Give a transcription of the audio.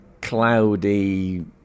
cloudy